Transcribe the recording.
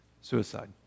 Suicide